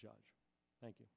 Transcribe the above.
judge thank you